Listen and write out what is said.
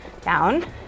Down